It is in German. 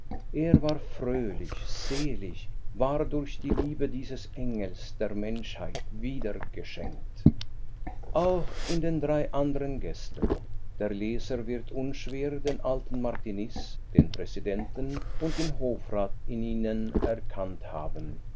er war fröhlich selig war durch die liebe dieses engels der menschheit wiedergeschenkt auch in den drei andern gästen der leser wird unschwer den alten martiniz den präsidenten und den hofrat in ihnen erkannt haben lernte